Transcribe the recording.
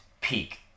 peak